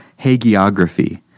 hagiography